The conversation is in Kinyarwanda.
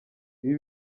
ibi